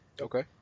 Okay